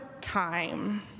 time